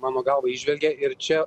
mano galva įžvelgia ir čia